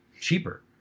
cheaper